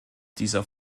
dieser